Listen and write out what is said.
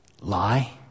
lie